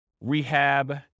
rehab